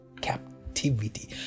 captivity